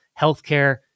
healthcare